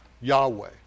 Yahweh